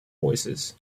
voices